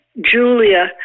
Julia